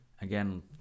again